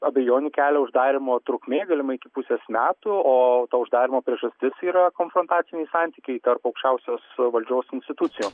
abejonių kelia uždarymo trukmė galimai iki pusės metų o to uždarymo priežastis yra konfrontaciniai santykiai tarp aukščiausios valdžios institucijų